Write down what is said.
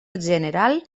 general